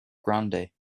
grande